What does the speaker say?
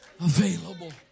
available